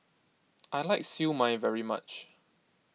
I like Siew Mai very much